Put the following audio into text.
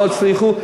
לא הצליחו.